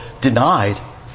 denied